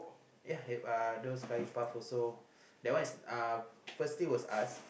ya uh those curry puff also that one is uh firstly was us